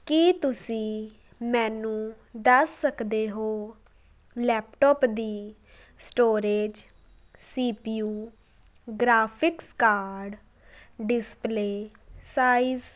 ਕੀ ਤੁਸੀਂ ਮੈਨੂੰ ਦੱਸ ਸਕਦੇ ਹੋ ਲੈਪਟੋਪ ਦੀ storage C P U graphics card display size